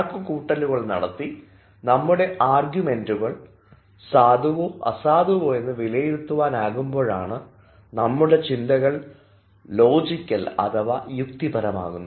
കണക്കുകൂട്ടലുകൾ നടത്തി നമ്മുടെ ആർഗ്യുമെന്റുകൾ സാധുവൊ അസാധുവൊ എന്ന് വിലയിരുത്തുവാനും ആകുമ്പോഴാണ് നമ്മുടെ ചിന്തകൾ ലോജിക്കൽ അഥവാ യുക്തിപരമക്കുന്നത്